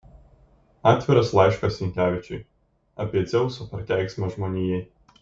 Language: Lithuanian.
atviras laiškas sinkevičiui apie dzeuso prakeiksmą žmonijai